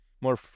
more